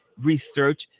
research